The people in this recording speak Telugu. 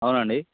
అవునండి